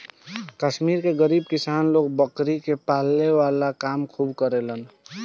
कश्मीर के गरीब किसान लोग बकरी के पाले वाला काम खूब करेलेन